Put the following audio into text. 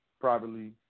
Privately